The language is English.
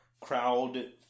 crowd